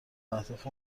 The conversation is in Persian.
اهداف